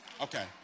Okay